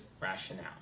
rationale